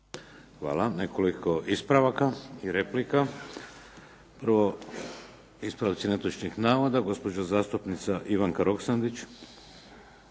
Hvala. Nekoliko ispravaka i replika. Prvi ispravak netočnog navoda gospodin zastupnik Boris